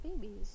babies